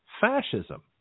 fascism